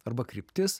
arba kryptis